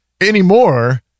anymore